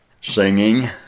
singing